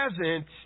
present